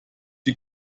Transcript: die